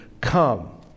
come